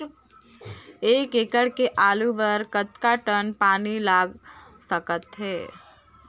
एक एकड़ के आलू बर कतका टन पानी लाग सकथे?